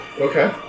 Okay